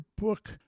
book